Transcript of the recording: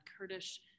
Kurdish